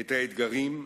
את האתגרים,